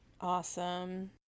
Awesome